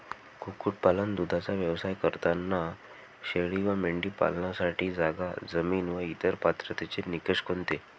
कुक्कुटपालन, दूधाचा व्यवसाय करताना शेळी व मेंढी पालनासाठी जागा, जमीन व इतर पात्रतेचे निकष कोणते?